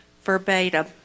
verbatim